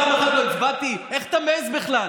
פעם אחת לא הצבעתי, איך אתה מעז בכלל?